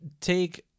take